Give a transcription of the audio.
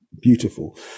beautiful